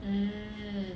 mm